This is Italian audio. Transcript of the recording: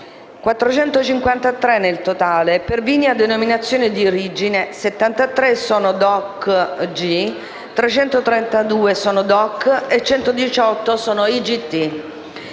(453 nel totale), e per vini a denominazione di origine, 73 sono DOCG, 332 sono DOC e 118 sono IGT.